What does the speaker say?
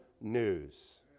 news